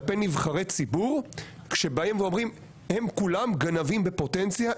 כלפי נבחרי ציבור כשבאים ואומרים: הם כולם גנבים בפוטנציה,